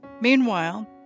Meanwhile